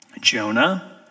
Jonah